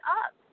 up